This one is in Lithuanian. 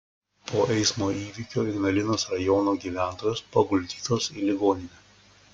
po eismo įvykio ignalinos rajono gyventojos paguldytos į ligoninę